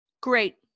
great